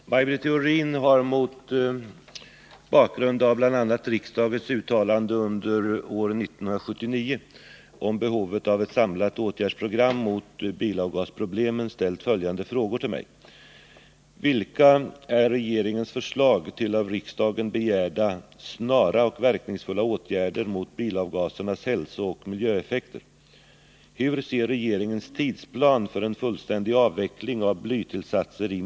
Herr talman! Maj Britt Theorin har mot bakgrund av bl.a. riksdagens uttalande under år 1979 om behovet av ett samlat åtgärdsprogram mot bilavgasproblemen ställt följande frågor till mig.